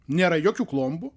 nėra jokių klombų